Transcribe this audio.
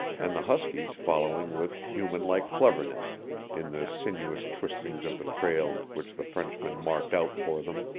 and the huskies following with human-like cleverness in the sinuous twistings of the trail which the frenchman marked out for them.